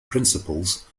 principles